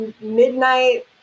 midnight